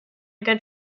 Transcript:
good